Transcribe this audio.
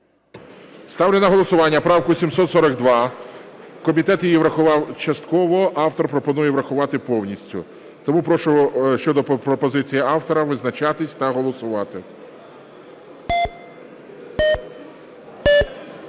Ставлю на голосування правку 742. Комітет її врахував частково, автор пропонує врахувати повністю. Тому прошу щодо пропозиції автора визначатись та голосувати.